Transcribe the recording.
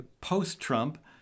post-Trump